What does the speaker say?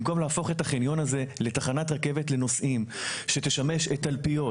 במקום להפוך את החניון הזה לתחנת רכבת לנוסעים שתשמש את תלפיות,